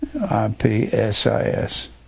I-P-S-I-S